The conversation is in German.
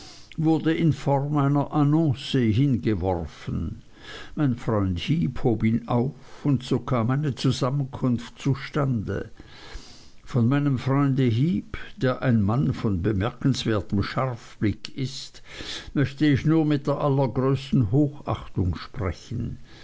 wurde in form einer annonce hingeworfen mein freund heep hob ihn auf und so kam eine zusammenkunft zustande von meinem freunde heep der ein mann von bemerkenswertem scharfblick ist möchte ich nur mit der allergrößten hochachtung sprechen